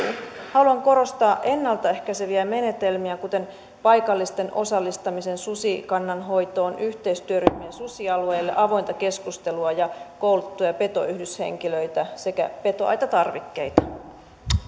haluan korostaa ennalta ehkäiseviä menetelmiä kuten paikallisten osallistamista susikannan hoitoon yhteistyöryhmiä susialueille avointa keskustelua ja koulutettuja petoyhdyshenkilöitä sekä petoaitatarvikkeita